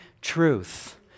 Truth